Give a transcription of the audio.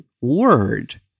word